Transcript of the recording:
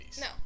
No